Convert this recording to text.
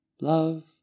Love